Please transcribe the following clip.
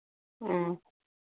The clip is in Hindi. आँ